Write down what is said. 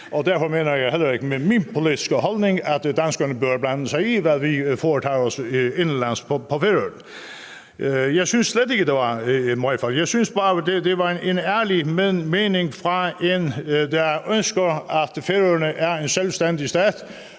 og derfor mener jeg heller ikke med min politiske holdning, at danskerne bør blande sig i, hvad vi foretager os indenlands på Færøerne. Jeg synes slet ikke, at det var et møgfald. Jeg synes bare, at det var en ærlig mening fra